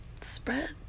spread